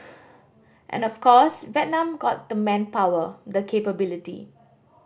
and of course Vietnam got the manpower the capability